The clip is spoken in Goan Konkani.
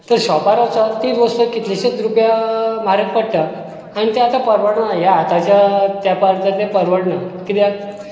तर शॉपार वचोन तिच वस्त कितलेशेंच रुपया म्हारग पडटा आनी तें आता परवडनां हे आताच्या तेंपार तें परवडना कित्याक